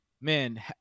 Man